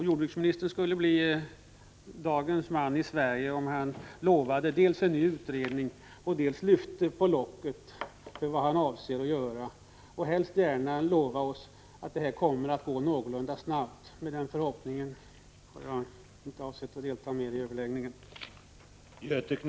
Jordbruksministern skulle bli ”dagens man” i Sverige om han dels lovade en ny utredning, dels lyfte på locket och talade om vad han avser att göra. Helst skulle han också försäkra oss om att utredningen kommer att arbeta någorlunda snabbt. Efter att ha uttalat den förhoppningen har jag inte för avsikt att delta mer i överläggningen.